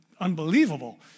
unbelievable